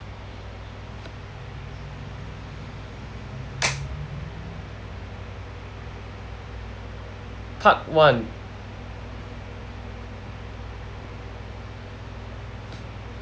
part one